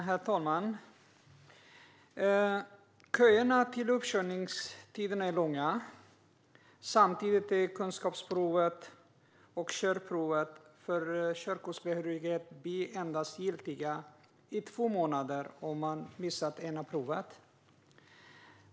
Herr talman! Köerna till uppkörning är långa. Samtidigt är kunskapsprovet och körprovet för körkortsbehörighet B endast giltiga i två månader om man missar det ena provet.